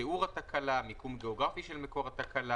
תיאור התקלה, מיקום גיאוגרפי של מקום התקלה.